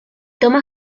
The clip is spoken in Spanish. toma